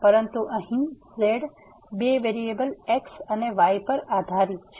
પરંતુ હવે અહીં z બે વેરીએબલ x and y પર આધારિત છે